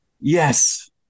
Yes